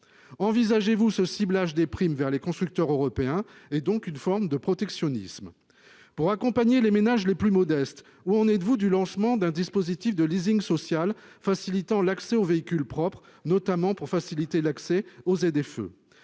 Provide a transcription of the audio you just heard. Envisagez-vous ce ciblage des primes vers les constructeurs européens et donc une forme de protectionnisme. Pour accompagner les ménages les plus modestes. Où en êtes-vous du lancement d'un dispositif de leasing social facilitant l'accès aux véhicules propres, notamment pour faciliter l'accès aux ZFE